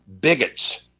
bigots